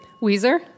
Weezer